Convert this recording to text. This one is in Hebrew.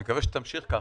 אני מקווה שתמשיך ככה.